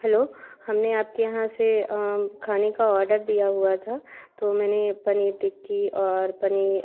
hello हमने आपके यहाँ से खाने का ऑर्डर दिया हुआ था तो मैंने पनीर टिक्की और